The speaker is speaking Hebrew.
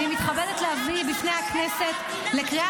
אני מתכבדת להביא בפני הכנסת לקריאה